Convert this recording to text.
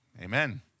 Amen